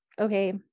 Okay